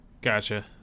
Gotcha